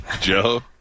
Joe